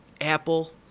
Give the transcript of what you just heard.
Apple